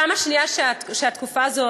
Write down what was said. פעם שנייה שהתקופה הזאת